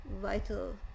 vital